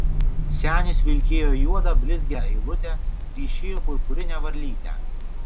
senis vilkėjo juodą blizgią eilutę ryšėjo purpurinę varlytę